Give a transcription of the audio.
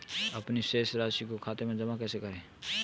अपने शेष राशि को खाते में जमा कैसे करें?